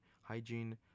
hygiene